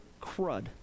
crud